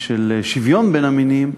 של שוויון בין המינים,